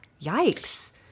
yikes